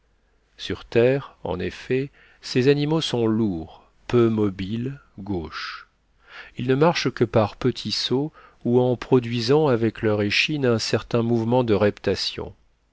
sur terre en effet ces animaux sont lourds peu mobiles gauches ils ne marchent que par petits sauts ou en produisant avec leur échine un certain mouvement de